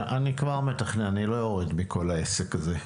אני כבר מתכנן, אני לא יורד מכל העסק הזה.